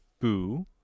Boo